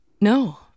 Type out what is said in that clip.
no